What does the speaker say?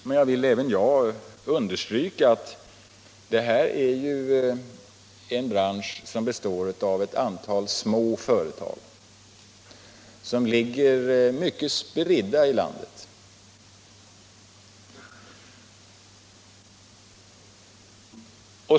Men även jag vill understryka att det här är en bransch som består av ett antal små företag som ligger mycket spridda i landet.